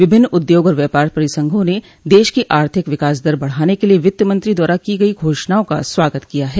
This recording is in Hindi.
विभिन्न उद्योग और व्यापार परिसंघों ने देश की आर्थिक विकास दर बढ़ाने के लिए वित्त मंत्री द्वारा की गई घोषणाओं का स्वागत किया है